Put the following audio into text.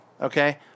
Okay